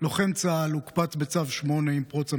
לוחם צה"ל, הוקפץ בצו 8 עם פרוץ המלחמה.